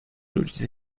rodzice